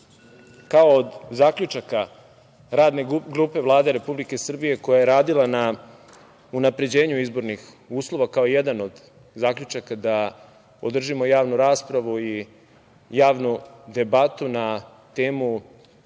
jedan od zaključaka Radne grupe Vlade Republike Srbije koja je radila na unapređenju izbornih uslova da održimo javnu raspravu i javnu debatu na temu